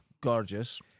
Gorgeous